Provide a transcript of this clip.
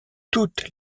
toute